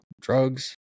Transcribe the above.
drugs